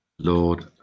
Lord